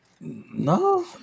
No